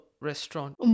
restaurant